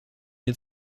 nie